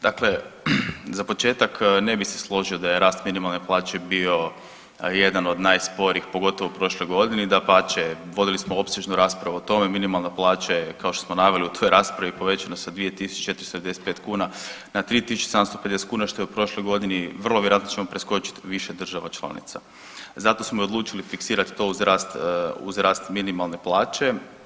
Dakle, za početak ne bi se složio da je rast minimalne plaće bio jedan od najsporijih, pogotovo u prošloj godini, dapače vodili smo opsežnu raspravu o tome, minimalna plaća je kao što smo naveli u toj raspravi povećana sa 2…. kuna na 3.750 kuna što je u prošloj godini vrlo vjerojatno ćemo preskočiti više država članica, zato smo i odlučili fiksirat to uz rast minimalne plaće.